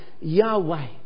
Yahweh